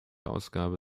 ausgabe